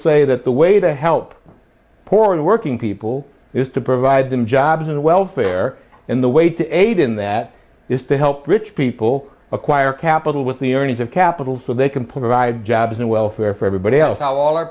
say that the way to help poor and working people is to provide them jobs and welfare and the way to aid in that is to help rich people acquire capital with the earnings of capital so they can provide jobs and welfare for everybody else all our